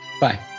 Bye